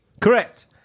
Correct